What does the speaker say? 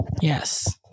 Yes